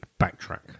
backtrack